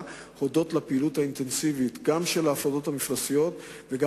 הודות לפעילות האינטנסיבית גם של ההפרדות המפלסיות וגם